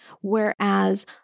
Whereas